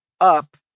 up